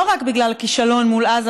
לא רק בגלל הכישלון מול עזה,